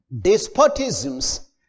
despotisms